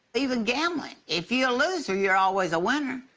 even gambling. if you're a loser, you're always a winner.